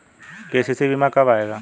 KCC बीमा कब आएगा?